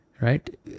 right